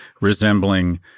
resembling